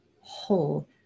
whole